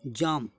jump